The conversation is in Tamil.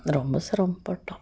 ரொம்ப சிரமம் பட்டோம்